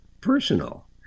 personal